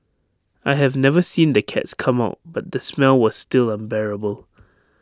I have never seen the cats come out but the smell was still unbearable